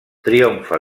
triomfa